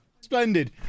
Splendid